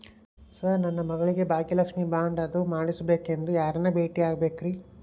Sir ನನ್ನ ಮಗಳಿಗೆ Bhagyalakshmi bond ಅದು ಮಾಡಿಸಬೇಕೆಂದು ಯಾರನ್ನ ಭೇಟಿಯಾಗಬೇಕ್ರಿ?